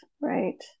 right